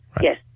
Yes